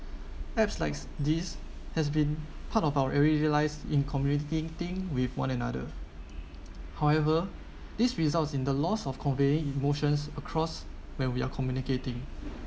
apps like this has been part of our everyday lives in communicating with one another however this results in the loss of convey emotions across when we are communicating